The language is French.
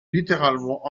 littéralement